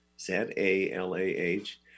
Z-A-L-A-H